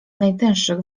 najtęższych